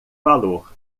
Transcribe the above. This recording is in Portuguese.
valor